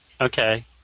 Okay